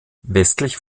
westlich